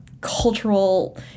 Cultural